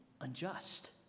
unjust